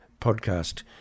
Podcast